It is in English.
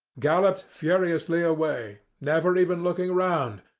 galloped furiously away, never even looking round,